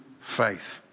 faith